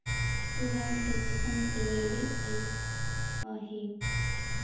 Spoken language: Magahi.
तु बैंक से पइसा निकलबएले अइअहिं